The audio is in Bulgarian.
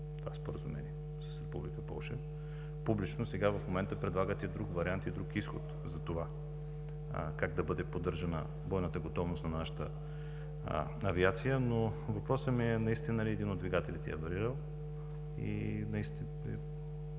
това Споразумение с Република Полша. Публично сега, в момента, предлагате друг вариант и друг изход за това как да бъде поддържана бойната готовност на нашата авиация, но въпросът ми е: наистина ли един от двигателите е аварирал? Как